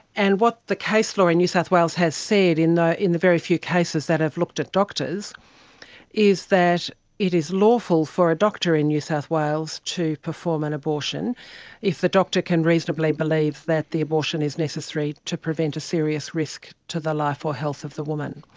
and what the case law in and new south wales has said in the in the very few cases that have looked at doctors is that it is lawful for a doctor in new south wales to perform an abortion if the doctor can reasonably believe that the abortion is necessary to prevent a serious risk to the life or health of the woman.